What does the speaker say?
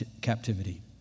captivity